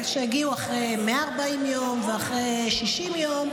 שהגיעו אחרי 140 יום ואחרי 60 יום,